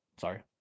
Sorry